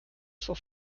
zur